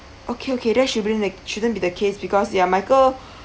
okay okay that should be shouldn't be the case because ya michael